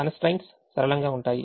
కన్స్ ట్రైన్ట్స్ సరళంగా ఉంటాయి